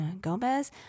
Gomez